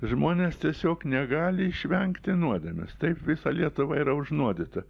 žmonės tiesiog negali išvengti nuodėmės taip visa lietuva yra užnuodyta